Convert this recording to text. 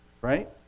right